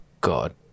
God